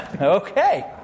Okay